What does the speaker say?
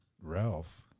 Ralph